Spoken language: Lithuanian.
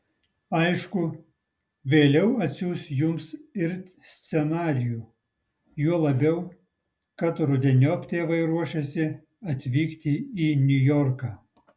aišku vėliau atsiųs jums ir scenarijų juo labiau kad rudeniop tėvai ruošiasi atvykti į niujorką